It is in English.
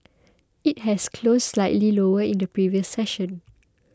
it had closed slightly lower in the previous session